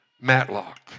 Matlock